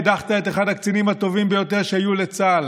הדחת את אחד הקצינים הטובים ביותר שהיו לצה"ל,